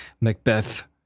macbeth